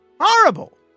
Horrible